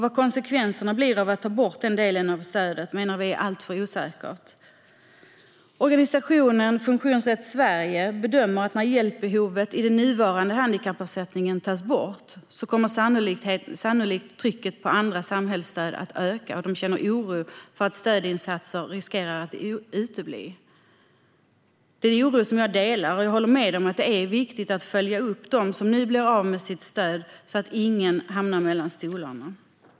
Vad konsekvenserna blir av att ta bort den delen av stödet menar vi är alltför osäkert. Organisationen Funktionsrätt Sverige bedömer att när hjälpbehovet i den nuvarande handikappersättningen tas bort kommer sannolikt trycket på andra samhällsstöd att öka, och de känner oro för att stödinsatser riskerar att utebli. Det är en oro som jag delar, och jag håller med om att det är viktigt att följa upp dem som nu blir av med stödet så att ingen hamnar mellan stolarna.